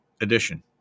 Edition